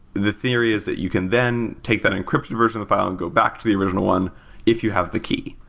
the theory is that you can then take that encrypted version of the file and go back to the original if you have the key.